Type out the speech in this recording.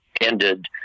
ended